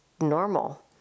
normal